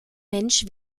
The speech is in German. mensch